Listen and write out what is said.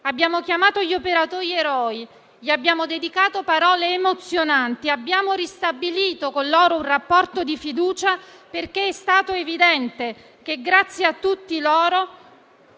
Abbiamo chiamato gli operatori «eroi», abbiamo dedicato loro parole emozionanti, abbiamo ristabilito con loro un rapporto di fiducia perché è risultato evidente che, grazie a tutti loro,